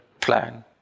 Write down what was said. plan